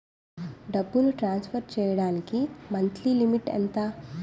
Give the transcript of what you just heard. డబ్బును ట్రాన్సఫర్ చేయడానికి monthly limit ఎంత?